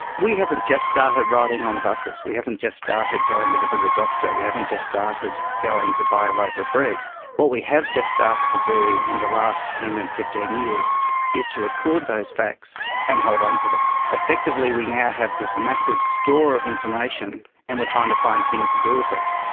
we haven't just started riding on buses, we haven't just started going to visit a doctor, we haven't just started going to buy a loaf of bread, what we have just started to do in the last ten and fifteen years is to record those facts and hold onto them. effectively we now have this massive store of information and we're trying to find things to do with it.